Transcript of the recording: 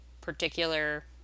particular